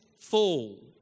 fall